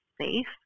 safe